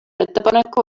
ettepaneku